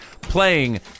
playing